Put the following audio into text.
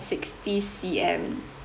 sixty C_M